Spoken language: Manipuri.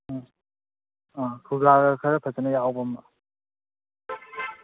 ꯑ ꯑ ꯈꯨꯒꯥꯒ ꯈꯔ ꯐꯖꯅ ꯌꯥꯎꯕ ꯑꯃ